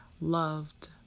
loved